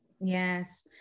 Yes